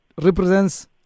represents